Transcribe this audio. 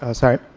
ah sorry.